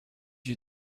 you